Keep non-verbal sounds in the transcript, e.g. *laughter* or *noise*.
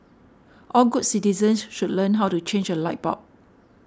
all good citizens *unintelligible* should learn how to change a light bulb